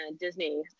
Disney